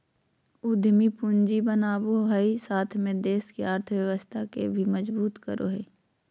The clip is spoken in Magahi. उद्यमी स्वयं पूंजी बनावो हइ साथ में देश के अर्थव्यवस्था के भी मजबूत करो हइ